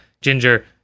Ginger